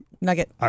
Nugget